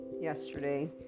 yesterday